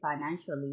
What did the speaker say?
financially